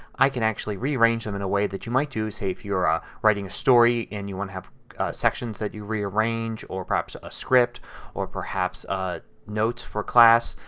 i can actually rearrange them in a way that you might do say if you were ah writing a story and you want to have sections that you rearrange or perhaps a script or perhaps ah notes for class.